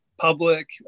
public